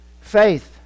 Faith